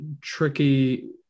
tricky